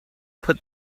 put